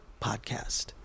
podcast